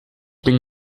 bin